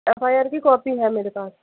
F I R کی copy ہے میرے پاس